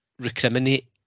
Recriminate